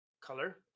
color